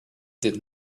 did